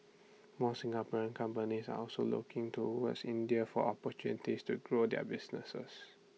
more Singapore companies are also looking towards India for opportunities to grow their businesses